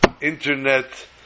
internet